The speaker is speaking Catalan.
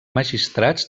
magistrats